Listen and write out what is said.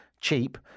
Cheap